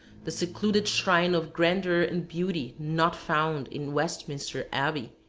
the secluded shrine of grandeur and beauty not found in westminster abbey,